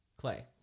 Clay